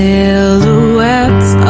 Silhouettes